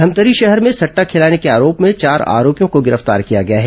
धमतरी शहर में सट्टा खेलाने के आरोप में चार आरोपियों को गिरफ्तार किया गया है